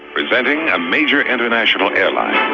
presenting a major international airline,